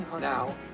Now